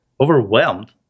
overwhelmed